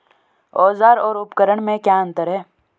औज़ार और उपकरण में क्या अंतर है?